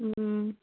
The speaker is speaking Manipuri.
ꯎꯝ